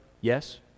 yes